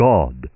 God